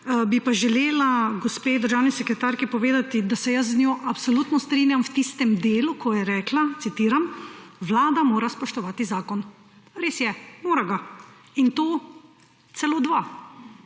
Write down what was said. Bi pa želela gospe državni sekretarki povedati, da se jaz z njo absolutno strinjam v tistem delu, ko je rekla, citiram: »Vlada mora spoštovati zakon.« Res je. Mora ga. In to celo dva.